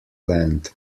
land